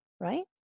Right